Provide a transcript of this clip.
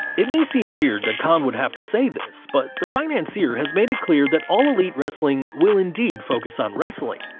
it may seem weird that khan would have to say this, but the financier has made it clear that all elite wresting will indeed focus on wrestling.